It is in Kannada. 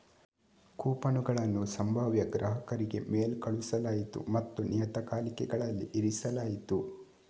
ಕೂಪನುಗಳನ್ನು ಸಂಭಾವ್ಯ ಗ್ರಾಹಕರಿಗೆ ಮೇಲ್ ಕಳುಹಿಸಲಾಯಿತು ಮತ್ತು ನಿಯತಕಾಲಿಕೆಗಳಲ್ಲಿ ಇರಿಸಲಾಯಿತು